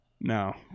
No